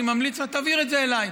אני ממליץ לך, תעביר את זה אליי.